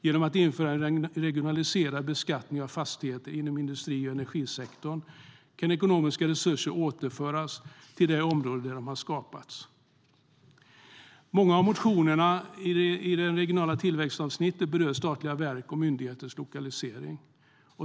Genom att införa en regionaliserad beskattning av fastigheter inom industri och energisektorn kan ekonomiska resurser återföras till det område där de har skapats. Många av motionerna i avsnittet om regional tillväxt berör statliga verk och myndigheters lokalisering.